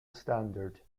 standard